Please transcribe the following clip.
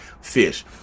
fish